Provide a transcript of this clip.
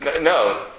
No